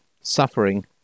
suffering